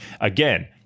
again